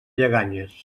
lleganyes